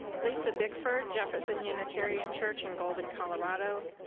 lisa bickford, jefferson unitarian church in golden, colorado.